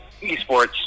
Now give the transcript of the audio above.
esports